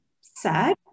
sad